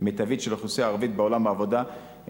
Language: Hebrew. מיטבית של האוכלוסייה הערבית בעולם העבודה,